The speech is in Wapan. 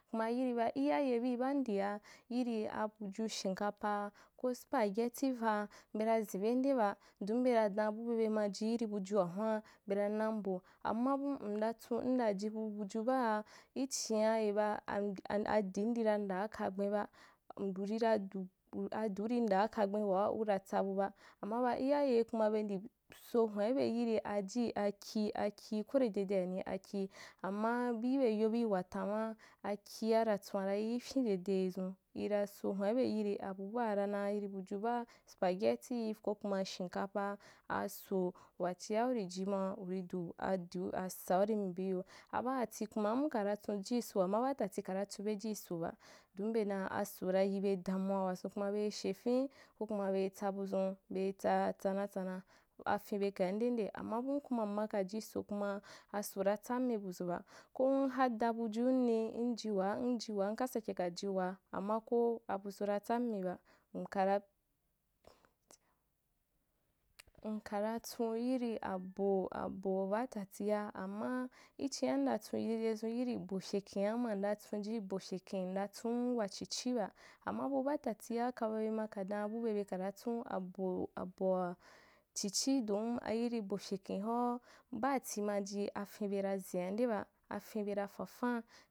Kuma yiri ba iyaye i baa ndia, yiri abuju shimkapa ko sparkgetiu ha bena zembe ndeba don bena dan bube maji yii bujua hun’a bera nambo, amma bum nda tsum ndaji bu buju ba ha ichin’a yeba – adim dira ndaa kagbenba uri ra du, adi urî ndaakagben waa ura tsabu ba amma ba iyayei kuma nda sohwa ibe yiri aji aki aki kwa nde dede ani aki, amma bi ibe yo bii wa tsamaa, akia ratsuu ra yiifyin dede zun, ira sohwa ibe yiri abu boa hara naa yiri bujiu baa spagetir ko kuma shimkapa, aso wachia urì ji ma urî du adiu asau rì mi bi yo abaati kuma abum kara tsunji so amma tatì kana tsunwe ji so ba, don be dan aso ra yibe damuwa, wanzun kuma bei shefin’i, ko kuma bei tsabu zun be tsaa tsana tsana, afem be kai ndemden, amma bum kuma m maka ji so kumapu aso ra tsammi buzun ba ko nhada bujunni njiwa njiwa nka sake ka jiwa, ama ko abuzun ra tsami ba, nkara-- nkara tsua yiri abo abo batatia, amma ichin’a ndatsun dedezun yirì bo fyekhenama nda tsunki bo fyekhen ndatsum bua chi cgiba, amma bu bataia ma ka dau bube bekantsuu abo ab-aboa chichi don a yiri bo fyekhenhoa baati maji afenbe ra zen’andeba afenbe ra fanfau.